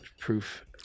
proof